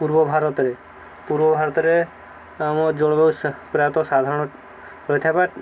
ପୂର୍ବ ଭାରତରେ ପୂର୍ବ ଭାରତରେ ଆମ ଜଳବାୟୁ ପ୍ରାୟତଃ ସାଧାରଣ ରହିଥାଏ ବା